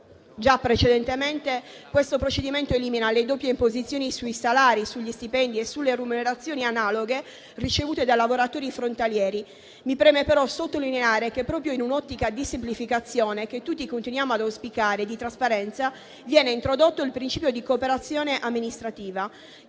già precedentemente, il provvedimento in esame elimina le doppie imposizioni sui salari, sugli stipendi e sulle remunerazioni analoghe ricevute dai lavoratori frontalieri. Mi preme però sottolineare che, proprio in un'ottica di semplificazione, che tutti continuiamo ad auspicare, e di trasparenza, viene introdotto il principio di cooperazione amministrativa,